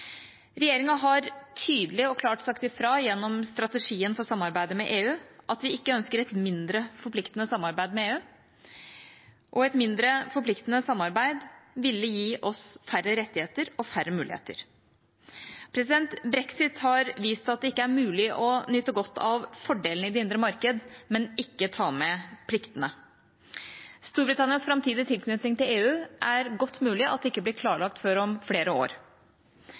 Regjeringa har tydelig og klart sagt ifra gjennom strategien for samarbeidet med EU om at vi ikke ønsker et mindre forpliktende samarbeid med EU. Og et mindre forpliktende samarbeid ville gi oss færre rettigheter og færre muligheter. Brexit har vist at det ikke er mulig å nyte godt av fordelene i det indre marked og ikke ta med pliktene. Det er godt mulig at Storbritannias framtidige tilknytning til EU ikke blir klarlagt før om flere år.